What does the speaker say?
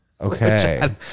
okay